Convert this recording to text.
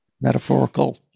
metaphorical